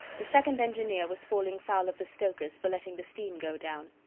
the second engineer was falling foul of the stokers for letting the steam go down.